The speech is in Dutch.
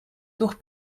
toch